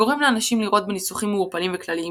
הגורם לאנשים לראות בניסוחים מעורפלים וכלליים